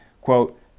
quote